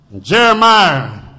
Jeremiah